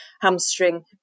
hamstring